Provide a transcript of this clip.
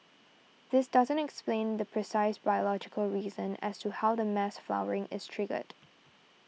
this doesn't explain the precise biological reason as to how the mass flowering is triggered